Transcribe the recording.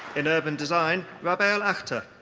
in urban design, rabail akhtar.